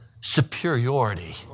superiority